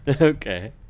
Okay